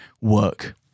work